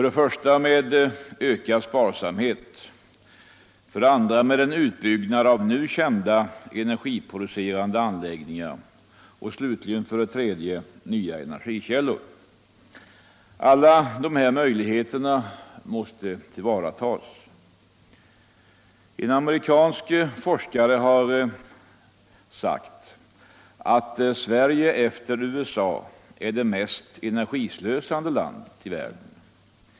Den första är ökad sparsamhet, den andra utbyggnad av nu kända energiproducerande anläggningar och den tredje och sista nya energikällor. Alla dessa möjligheter måste tillvaratagas. En amerikansk forskare har sagt, att Sverige är det efter USA mest energislösande landet i världen.